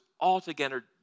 altogether